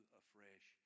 afresh